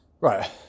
Right